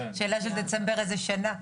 השאלה דצמבר של איזו שנה.